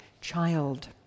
child